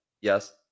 yes